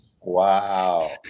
Wow